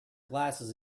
glasses